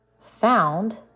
found